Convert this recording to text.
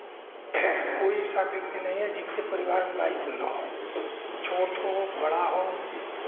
कोई ऐसा व्यक्ति नहीं है जिसके परिवार में बाइक ना हो छोट हो बड़ा हो